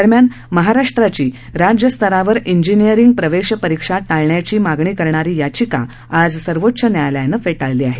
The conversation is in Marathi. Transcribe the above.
दरम्यान महाराष्ट्राची राज्यस्तरावर इंजिनिअरिंग प्रवेश परीक्षा टाळण्याची मागणी करणारी याचिका आज सर्वोच्च न्यायालयानं फेटाळली आहे